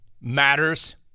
matters